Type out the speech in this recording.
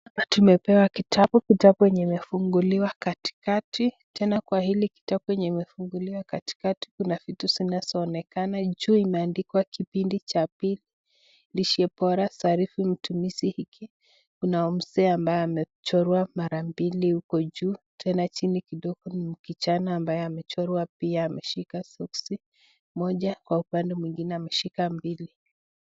Tumepewa kitabu, kitabu yenye imefunguliwa katikati. Tena kwa hili kitabu yenye imefunguliwa katikati kuna vitu zinazoonekana. Juu imeandikwa kipindi cha pili, Lishebora Sarifu mtumishi huku. Kuna mzee ambaye amechorwa mara mbili huko juu. Tena chini kidogo ni kijana ambaye amechorwa pia ameshika soksi moja, kwa upande mwingine ameshika mbili.